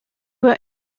were